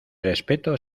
respeto